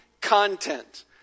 content